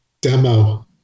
demo